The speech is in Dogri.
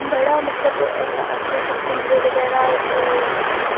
बड़ा मतलब अस उद्धर घूमदे बगैरा